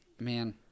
man